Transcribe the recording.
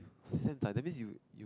since that means you